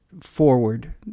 forward